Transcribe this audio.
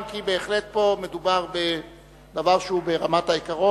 אם כי בהחלט מדובר פה בדבר שהוא ברמת העיקרון.